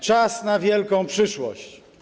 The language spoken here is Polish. Czas na wielką przyszłość.